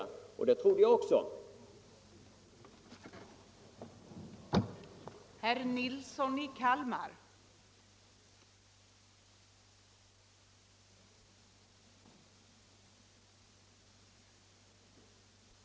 Jag tror inte heller att det behöver vara så krångligt.